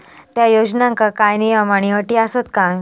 त्या योजनांका काय नियम आणि अटी आसत काय?